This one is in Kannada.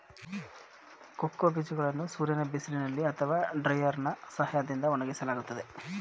ಕೋಕೋ ಬೀಜಗಳನ್ನು ಸೂರ್ಯನ ಬಿಸಿಲಿನಲ್ಲಿ ಅಥವಾ ಡ್ರೈಯರ್ನಾ ಸಹಾಯದಿಂದ ಒಣಗಿಸಲಾಗುತ್ತದೆ